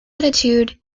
attitude